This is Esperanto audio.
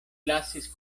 lasis